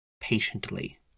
patiently